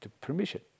permission